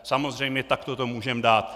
Samozřejmě, takto to můžeme dát.